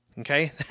Okay